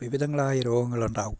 വിവിധങ്ങളായ രോഗങ്ങളുണ്ടാകും